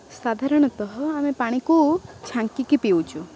ସାଧାରଣତଃ ଆମେ ପାଣିକୁ ଛାଙ୍କିକି ପିଉଛୁ